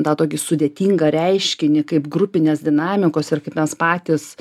tą tokį sudėtingą reiškinį kaip grupinės dinamikos ir kaip mes patys